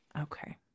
Okay